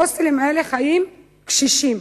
בהוסטלים האלה חיים קשישים.